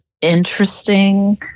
interesting